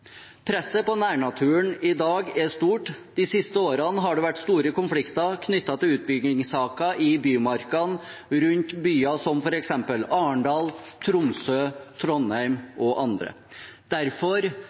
Presset på nærnaturen i dag er stort. De siste årene har det vært store konflikter knyttet til utbyggingssaker i bymarkene rundt byer som f.eks. Arendal, Tromsø,